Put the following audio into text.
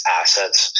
assets